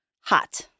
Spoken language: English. hot